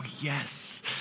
yes